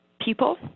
people